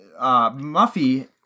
Muffy